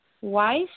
wife